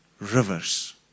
rivers